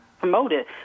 promoted